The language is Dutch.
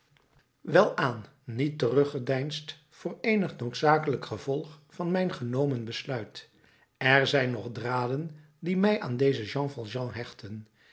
welaan niet teruggedeinsd voor eenig noodzakelijk gevolg van mijn genomen besluit er zijn nog draden die mij aan dezen jean valjean hechten